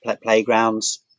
playgrounds